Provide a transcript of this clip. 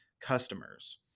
customers